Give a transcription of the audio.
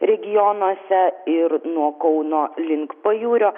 regionuose ir nuo kauno link pajūrio